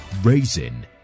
raising